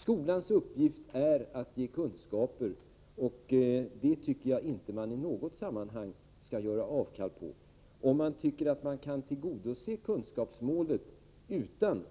Skolans uppgift är att ge kunskaper, och det tycker jag inte man i något sammanhang skall göra avkall på. Om man anser att man kan tillgodose kunskapsmålet utan